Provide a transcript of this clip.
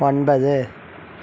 ஒன்பது